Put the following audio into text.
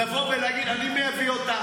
ולבוא ולהגיד: אני מביא אותה.